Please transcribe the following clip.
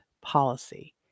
policy